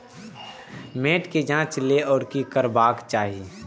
मैट के जांच के लेल कि करबाक चाही?